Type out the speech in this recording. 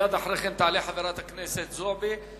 ומייד אחרי כן תעלה חברת הכנסת זועבי,